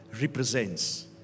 represents